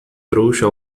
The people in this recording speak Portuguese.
trouxa